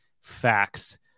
facts